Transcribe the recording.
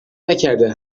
نکرده